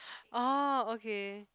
oh okay